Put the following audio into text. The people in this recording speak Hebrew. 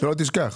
שלא תשכח.